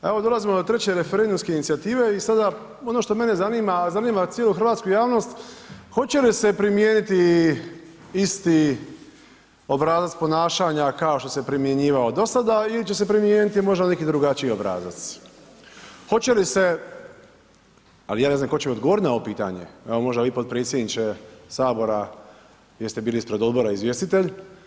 A evo dolazimo do treće referendumske inicijative i sada ono što mene zanima, a zanima cijelu hrvatsku javnost, hoće li se primijeniti isti obrazac ponašanja kao što se primjenjivao dosada ili će se primijeniti možda neki drugačiji obrazac, hoće li se, ali ja ne znam tko će mi odgovorit na ovo pitanje, evo možda vi potpredsjedniče sabora jer ste bili ispred odbora izvjestitelj.